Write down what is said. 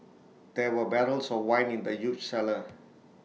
there were barrels of wine in the huge cellar